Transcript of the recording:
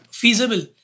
feasible